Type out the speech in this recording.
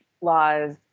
laws